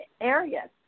areas